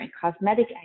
cosmetic